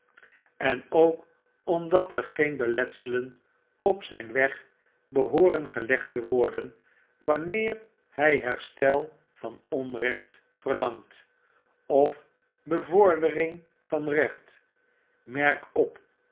en ook omdat er geen beletselen op zp weg behooren gelegd te worden wanneer hy herstel van onrecht verlangt of bevordering van recht merk op